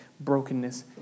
brokenness